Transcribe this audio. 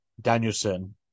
danielson